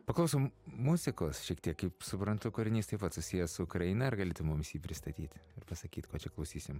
paklausom muzikos šiek tiek kaip suprantu kūrinys taip pat susijęs su ukraina ar gali tu mumis jį pristatyti ir pasakyt ko čia klausysim